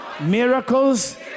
miracles